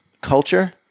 culture